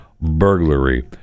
burglary